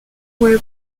were